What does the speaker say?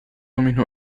منه